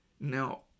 Now